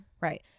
Right